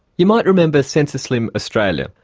you might remember sensaslim australia,